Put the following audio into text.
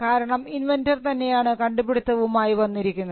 കാരണം ഇൻവെൻന്റർ തന്നെയാണ് കണ്ടുപിടിത്തവുമായി വന്നിരിക്കുന്നത്